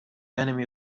enemy